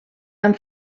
amb